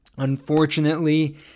Unfortunately